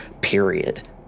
Period